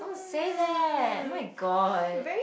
say that oh-my-god